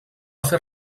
fer